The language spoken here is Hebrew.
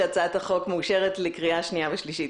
החוק מאושרת לקריאה שנייה ושלישית.